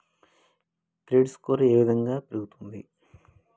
Credit score ఏ విధంగా పెరుగుతుంది?